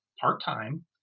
part-time